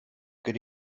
good